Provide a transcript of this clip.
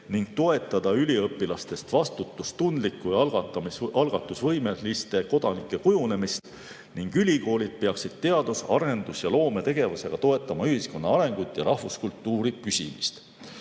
ning toetada üliõpilaste kujunemist vastutustundlikeks ja algatusvõimelisteks kodanikeks. Ülikoolid peaksid teadus-, arendus‑ ja loometegevusega toetama ühiskonna arengut ja rahvuskultuuri püsimist.